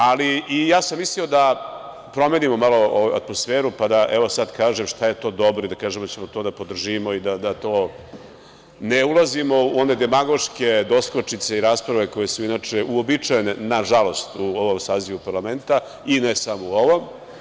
Ali, ja sam mislio da promenimo malo atmosferu, pa da, evo, sada kažem šta je to dobro i da kažem da ćemo to da podržimo i da ne ulazimo u one demagoške doskočice i rasprave koje su inače uobičajene, nažalost, u ovom sazivu parlamenta, i ne samo u ovom.